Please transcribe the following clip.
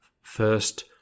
first